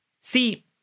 See